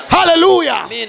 Hallelujah